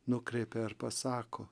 nukreipia ar pasako